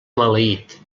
maleït